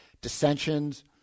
Dissensions